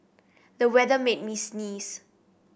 the weather made me sneeze